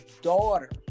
daughter